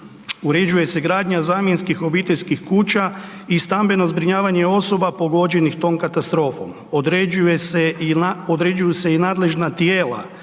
Uređuje se gradnja zamjenskih obiteljskih kuća i stambeno zbrinjavanje osoba pogođenih tom katastrofom. Određuju se i nadležna tijela,